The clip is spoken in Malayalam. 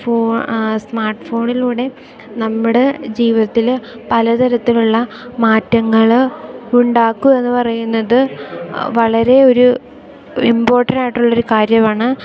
ഫോൺ സ്മാർട്ട് ഫോണിലൂടെ നമ്മുടെ ജീവിതത്തിൽ പലതരത്തിലുള്ള മാറ്റങ്ങൾ ഉണ്ടാക്കും എന്നു പറയുന്നത് വളരെ ഒരു ഇമ്പോർട്ടൻ്റ് ആയിട്ടുള്ളൊരു കാര്യമാണ്